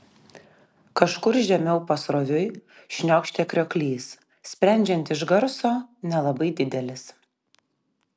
kažkur žemiau pasroviui šniokštė krioklys sprendžiant iš garso nelabai didelis